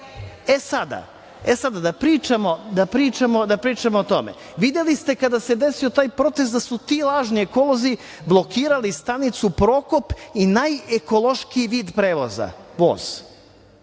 sada da pričamo o tome, videli ste kada se desio taj proces da su ti lažni ekolozi blokirali stanicu „Prokop“ i najekološkiji vid prevoza, voz,